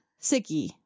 Sicky